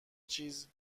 چیز